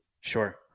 Sure